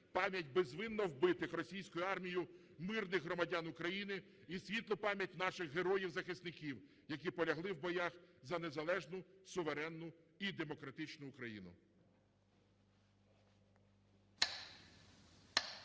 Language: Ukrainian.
пам'ять безвинно вбитих російською армією мирних громадян України і світлу пам'ять наших героїв-захисників, які полягли в боях за незалежну суверенну і демократичну Україну.